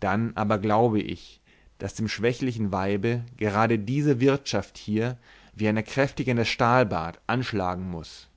dann aber glaube ich daß dem schwächlichen weibe gerade diese wirtschaft hier wie ein erkräftigendes stahlbad anschlagen muß